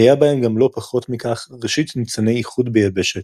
היה בהם גם לא פחות מכך ראשית ניצני איחוד ביבשת.